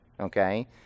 okay